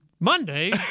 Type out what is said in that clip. Monday